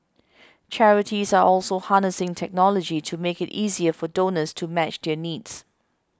charities are also harnessing technology to make it easier for donors to match their needs